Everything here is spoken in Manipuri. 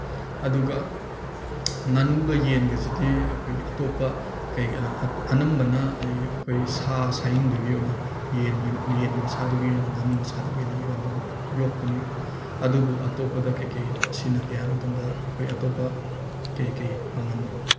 ꯑꯗꯨꯒ ꯉꯥꯅꯨꯒ ꯌꯦꯟꯒꯁꯤꯗꯤ ꯑꯩꯈꯣꯏꯒꯤ ꯑꯇꯣꯞꯄ ꯀꯔꯤ ꯑꯅꯝꯕꯅ ꯑꯩ ꯑꯩꯈꯣꯏ ꯁꯥ ꯁꯥꯍꯤꯡꯗꯨꯒꯤ ꯑꯣꯏꯅ ꯌꯦꯟꯒꯤ ꯌꯦꯟꯒꯤ ꯃꯁꯥꯗꯨꯒꯤ ꯑꯣꯏꯅ ꯉꯥꯅꯨ ꯃꯁꯥꯗꯨꯒꯤ ꯑꯣꯏꯅ ꯌꯣꯛꯄꯅꯤ ꯑꯗꯨꯕꯨ ꯑꯇꯣꯞꯄꯗ ꯀꯩꯀꯩꯗ ꯁꯤꯖꯤꯟꯅꯒꯦ ꯍꯥꯏ ꯃꯇꯝꯗ ꯑꯩꯈꯣꯏ ꯑꯇꯣꯞꯄ ꯀꯩꯀꯩ ꯄꯥꯡꯒꯟ